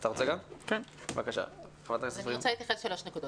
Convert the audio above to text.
אני רוצה להתייחס לשלוש נקודות,